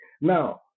Now